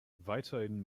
weiterhin